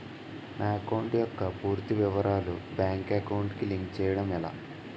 నా అకౌంట్ యెక్క పూర్తి వివరాలు బ్యాంక్ అకౌంట్ కి లింక్ చేయడం ఎలా?